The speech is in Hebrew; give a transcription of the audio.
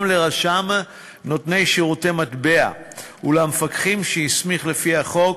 לרשם נותני שירותי מטבע ולמפקחים שהסמיך לפי החוק